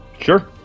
Sure